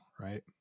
right